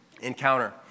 Encounter